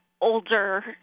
older